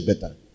better